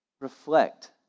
reflect